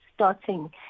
Starting